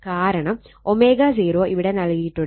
കാരണം ω0 ഇവിടെ നൽകിയിട്ടുണ്ട്